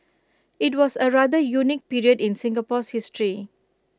IT was A rather unique period in Singapore's history